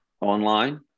online